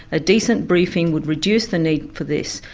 a decent briefing would reduce the need for this.